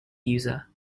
user